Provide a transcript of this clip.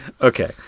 Okay